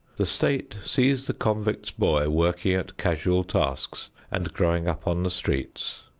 the state sees the convict's boy working at casual tasks and growing up on the streets,